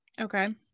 Okay